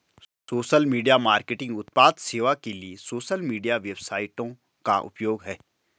social media marketing उत्पाद सेवा के लिए सोशल मीडिया वेबसाइटों का उपयोग है